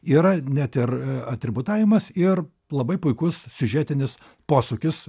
yra net ir atributavimas ir labai puikus siužetinis posūkis